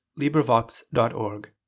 LibriVox.org